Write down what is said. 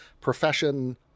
profession